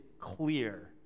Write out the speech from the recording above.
clear